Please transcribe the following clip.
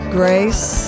grace